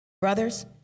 Brothers